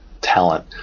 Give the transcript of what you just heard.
talent